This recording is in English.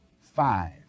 five